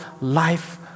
life